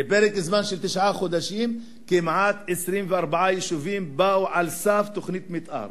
בפרק זמן של תשעה חודשים כמעט 27 יישובים הגיעו על סף תוכנית מיתאר.